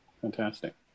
fantastic